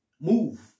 move